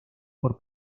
por